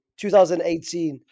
2018